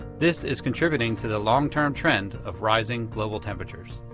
this is contributing to the long-term trend of rising global temperatures.